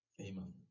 Amen